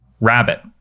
Rabbit